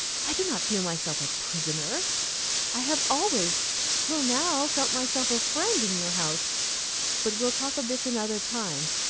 i do not feel myself a prisoner i have always till now felt myself a friend in your house but we'll talk of this another time.